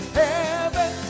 heaven